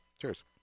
Cheers